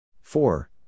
Four